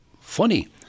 funny